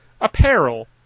apparel